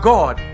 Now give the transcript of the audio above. God